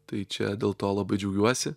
tai čia dėl to labai džiaugiuosi